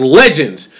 legends